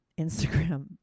Instagram